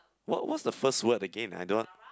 what what's the first word again I don't